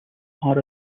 are